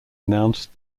announced